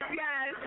yes